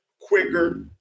quicker